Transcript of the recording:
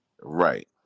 Right